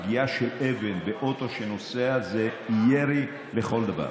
הפגיעה של אבן באוטו שנוסע זה ירי לכל דבר.